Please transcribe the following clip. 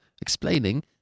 explaining